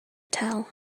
tell